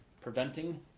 preventing